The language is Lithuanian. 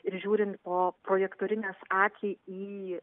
žiūrint pro projektorinės akiai į